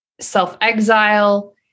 self-exile